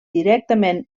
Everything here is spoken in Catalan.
directament